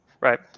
Right